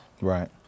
Right